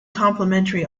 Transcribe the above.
complementary